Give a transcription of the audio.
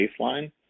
baseline